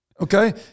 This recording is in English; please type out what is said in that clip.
Okay